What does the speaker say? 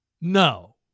No